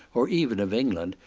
or even of england,